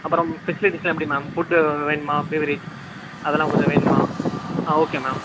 அப்புறம் ஃபெசிலிட்டிஸ்லாம் எப்படி மேம் ஃபுட்டு வேணுமா பீவரேஜ் அதெல்லாம் கொஞ்சம் வேணுமா ஆ ஓகே மேம்